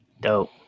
dope